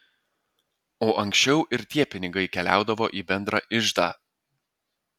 o ankščiau ir tie pinigai keliaudavo į bendrą iždą